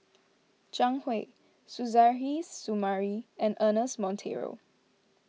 Zhang Hui Suzairhe Sumari and Ernest Monteiro